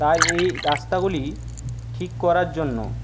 তাই এই রাস্তাগুলি ঠিক করার জন্য